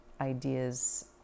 ideas